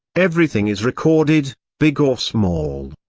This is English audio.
everything is recorded, big or small.